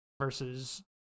versus